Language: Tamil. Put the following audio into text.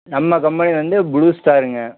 நம்ம கம்பெனி வந்து ப்ளூஸ்டாருங்க